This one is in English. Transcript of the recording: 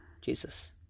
Jesus